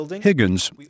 Higgins